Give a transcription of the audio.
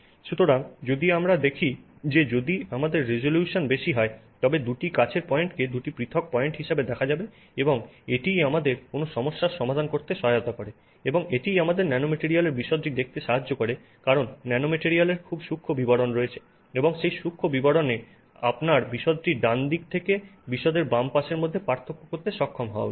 সুতরাং যদি আমরা দেখি যে যদি আমাদের রেজোলিউশন বেশি হয় তবে দুটি কাছের পয়েন্টকে দুটি পৃথক পয়েন্ট হিসাবে দেখা যাবে এবং এটিই আমাদের কোনও সমস্যার সমাধান করতে সহায়তা করে এবং এটিই আমাদের ন্যানোমেটিরিয়ালের বিশদটি দেখতে সাহায্য করে কারণ ন্যানোম্যাটরিয়ালের খুব সূক্ষ্ম বিবরণ রয়েছে এবং সেই সূক্ষ্ম বিবরণে আপনার বিশদটির ডান দিক থেকে বিশদ বাম পাশের মধ্যে পার্থক্য করতে সক্ষম হওয়া উচিত